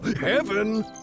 heaven